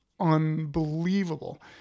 unbelievable